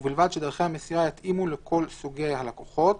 ובלבד שדרכי המסירה יתאימו לכלל סוגי הלקוחות,".